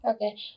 Okay